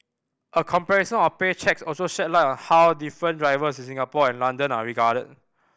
a comparison of pay cheques also sheds light on how different drivers in Singapore and London are regarded